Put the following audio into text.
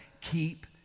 Keep